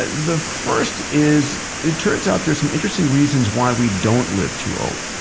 ah the first is, it turns out there's some interesting reasons why we don't live too old.